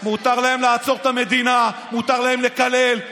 מותר להם לעצור את המדינה, מותר להם לקלל.